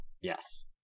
Yes